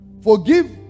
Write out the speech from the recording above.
Forgive